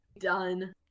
Done